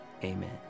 Amen